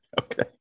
Okay